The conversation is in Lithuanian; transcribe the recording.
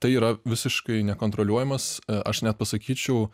tai yra visiškai nekontroliuojamas aš net pasakyčiau